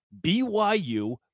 BYU